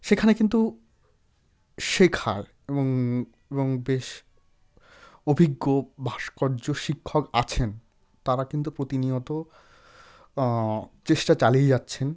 সেখানে কিন্তু শেখার এবং এবং বেশ অভিজ্ঞ ভাস্কর্য শিক্ষক আছেন তাঁরা কিন্তু প্রতিনিয়ত চেষ্টা চালিয়ে যাচ্ছেন